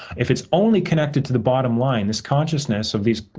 if it's only connected to the bottomline, this consciousness of these,